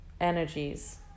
energies